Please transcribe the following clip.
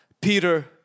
Peter